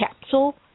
capsule